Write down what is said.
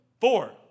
Four